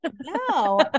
No